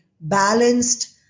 balanced